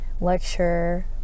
lecture